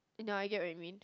nah I get what you mean